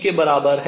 के बराबर है